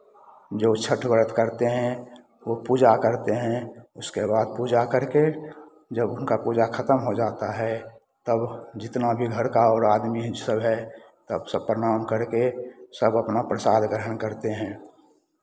जो छठ व्रत करते हैं ओ पूजा करते हैं उसके बाद पूजा करके जब उनका पूजा खतम हो जाता है तब जितना भी घर का और आदमी सब है तब सब प्रणाम करके सब अपना प्रसाद ग्रहण करते हैं